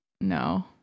No